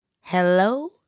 Hello